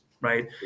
right